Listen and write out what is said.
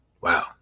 Wow